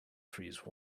freeze